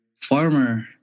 farmer